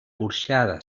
porxada